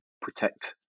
protect